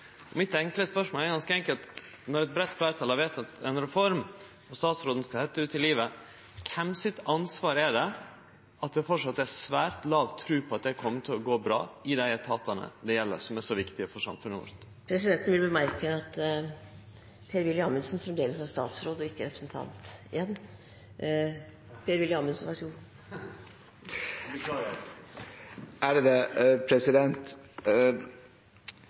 er ganske enkelt: Når eit breitt fleirtal har vedteke ei reform og statsråden skal setje ho ut i livet, kven sitt ansvar er det at det framleis er svært låg tru på at det kjem til å gå bra i dei etatane det gjeld, som er så viktige for samfunnet vårt? Presidenten vil bemerke at Per Willy Amundsen fremdeles er statsråd og ikke representant igjen.